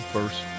First